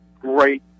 great